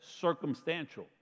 circumstantial